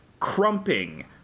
Crumping